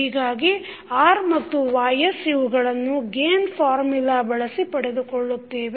ಹೀಗಾಗಿ R ಮತ್ತುYs ಇವುಗಳನ್ನು ಗೇನ್ ಫಾರ್ಮುಲಾ ಬಳಸಿ ಪಡೆದುಕೊಳ್ಳುತ್ತೇವೆ